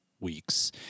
weeks